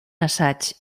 assaig